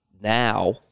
now